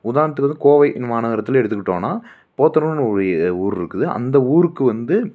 உதாரணத்துக்கு வந்து கோவை மாநகரத்துலேயே எடுத்துக்கிட்டோனா போத்தனூருன்னு ஒரு ஊர் இருக்குது அந்த ஊருக்கு வந்து